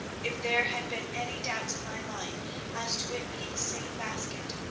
if there had been any doubts in my mind as to it being the same basket,